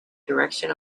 direction